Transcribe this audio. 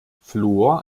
fluor